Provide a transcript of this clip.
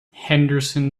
henderson